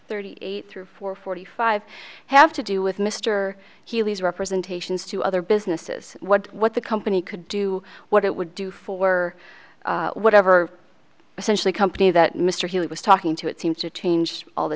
thirty eight through four forty five have to do with mr healy's representations to other businesses what what the company could do what it would do for whatever essentially company that mr he was talking to it seems to change all the